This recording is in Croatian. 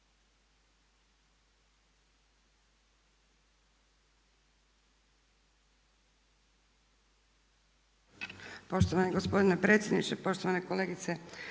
lijepa gospodine predsjedniče. Poštovana kolegice